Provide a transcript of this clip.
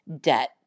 debt